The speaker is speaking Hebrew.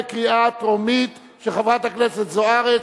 של חברת הכנסת זוארץ,